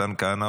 מתן כהנא,